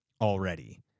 already